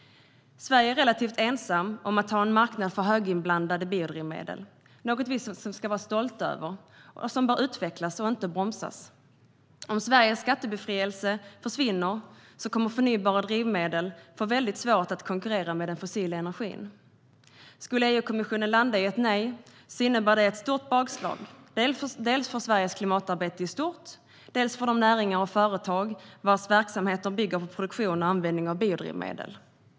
Sverige är relativt ensamt om att ha en marknad för höginblandade biodrivmedel. Det är något vi ska vara stolta över och som bör utvecklas, inte bromsas. Om Sveriges skattebefrielse förvinner kommer förnybara drivmedel att få svårt att konkurrera med den fossila energin. Skulle EU-kommissionen landa i ett nej innebär det ett stort bakslag, dels för Sveriges klimatarbete i stort, dels för de näringar och företag vars verksamheter bygger på produktion och användning av biodrivmedel.